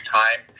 time